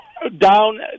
Down